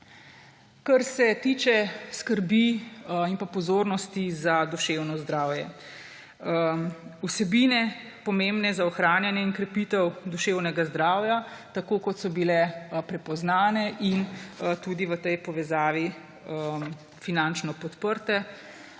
Kar se tiče skrbi in pozornosti za duševno zdravje. Vsebine pomembne za ohranjanje in krepitev duševnega zdravja, tako kot so bile prepoznane in tudi v tej povezavi finančno podprte: